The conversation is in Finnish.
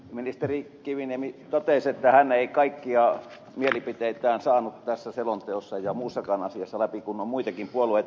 ministeri kiviniemi totesi että hän ei kaikkia mielipiteitään saanut tässä selonteossa ja muussakaan asiassa läpi kun on muitakin puolueita